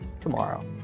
tomorrow